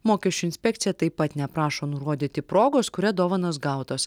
mokesčių inspekcija taip pat neprašo nurodyti progos kuria dovanos gautos